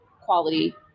quality